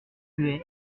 fluet